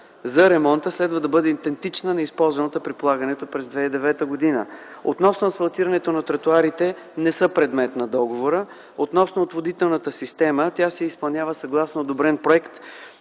за ремонта следва да бъде идентична на използваната при полагането през 2009 г. Относно асфалтирането на тротоарите – не са предмет на договора, относно отводнителната система – тя се изпълнява съгласно одобрен проект,